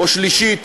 או השלישית,